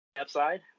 upside